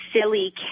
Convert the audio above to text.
silly